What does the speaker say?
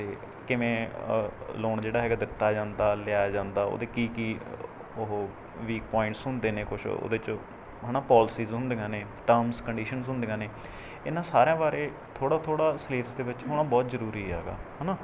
ਅਤੇ ਕਿਵੇਂ ਲੋਨ ਜਿਹੜਾ ਹੈਗਾ ਦਿੱਤਾ ਜਾਂਦਾ ਲਿਆ ਜਾਂਦਾ ਉਹਦੇ ਕੀ ਕੀ ਉਹ ਵੀਕ ਪੋਇੰਟਸ ਹੁੰਦੇ ਨੇ ਕੁਛ ਉਹਦੇ 'ਚ ਹੈਨਾ ਪੋਲਸੀਜ ਹੁੰਦੀਆਂ ਨੇ ਟਰਮਸ ਕੰਡੀਸ਼ਨਸ ਹੁੰਦੀਆਂ ਨੇ ਇਨ੍ਹਾਂ ਸਾਰਿਆਂ ਬਾਰੇ ਥੋੜ੍ਹਾ ਥੋੜ੍ਹਾ ਸਿਲੇਬਸ ਦੇ ਵਿੱਚ ਹੋਣਾ ਬਹੁਤ ਜ਼ਰੂਰੀ ਐਗਾ ਹੈਨਾ